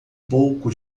pouco